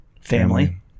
Family